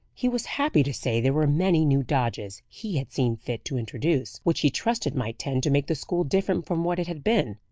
he was happy to say there were many new dodges he had seen fit to introduce, which he trusted might tend to make the school different from what it had been.